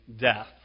death